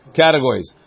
categories